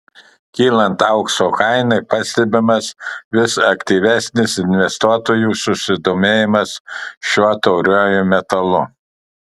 kylant aukso kainai pastebimas vis aktyvesnis investuotojų susidomėjimas šiuo tauriuoju metalu